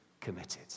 committed